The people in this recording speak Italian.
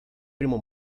primo